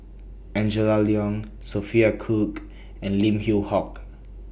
Angela Liong Sophia Cooke and Lim Yew Hock